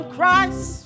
Christ